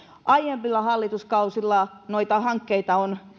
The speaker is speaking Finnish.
aiemmilla hallituskausilla noihin hankkeisiin on